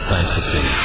Fantasy